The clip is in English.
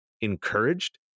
encouraged